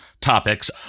topics